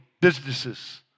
Businesses